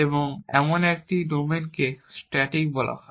এবং এমন একটি ডোমেইনকে স্ট্যাটিক বলা হয়